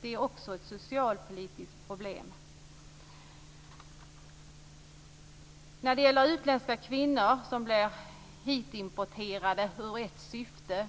Det är också ett socialpolitiskt problem. När det gäller utländska kvinnor som blir "importerade" hit i ett syfte,